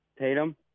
Tatum